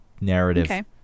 narrative